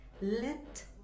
let